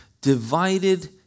Divided